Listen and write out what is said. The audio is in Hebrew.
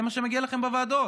זה מה שמגיע לכם בוועדות.